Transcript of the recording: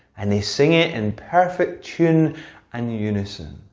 and they sing it in perfect tune and unison.